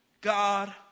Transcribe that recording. God